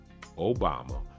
Obama